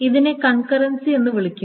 ഇതിനെ കൺകറൻസി എന്ന് വിളിക്കുന്നു